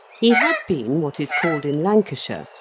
he had been, what is called in lancashire,